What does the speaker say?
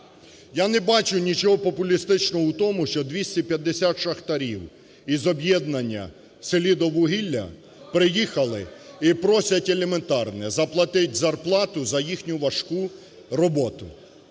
Я не бачу нічого популістичного у тому, що 250 шахтарів із об'єднання "Селидіввугілля" приїхали і просять елементарне – заплатити зарплату за їхню важку роботу.